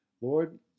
Lord